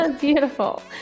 Beautiful